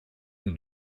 und